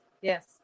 Yes